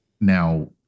now